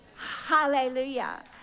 Hallelujah